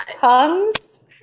Tongues